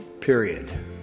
period